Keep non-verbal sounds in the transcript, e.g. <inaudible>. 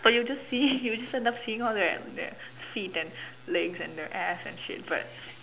but you'll just see <laughs> you'll just end up seeing all their their feet and legs and their ass and shit but